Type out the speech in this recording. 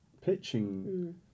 pitching